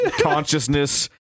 consciousness